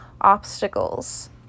obstacles